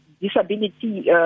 disability